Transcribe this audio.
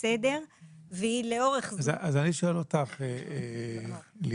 והיא לאורך זמן --- אז אני שואל אותך, לימור,